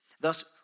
Thus